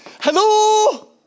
Hello